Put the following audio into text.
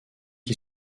qui